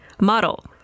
model